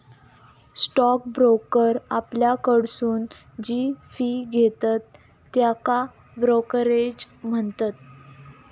stock broker आपल्याकडसून जी fee घेतत त्येका ब्रोकरेज म्हणतत